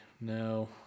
no